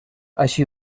així